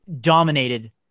dominated